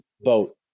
boat